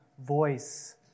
voice